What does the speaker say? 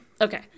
Okay